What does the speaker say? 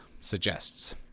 Suggests